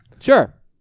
Sure